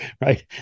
right